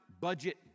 budget